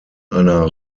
einer